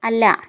അല്ല